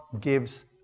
gives